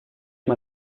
mal